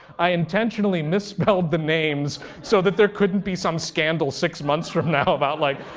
i intentionally misspelled the names so that there couldn't be some scandal six months from now about like,